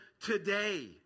today